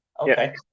okay